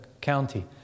County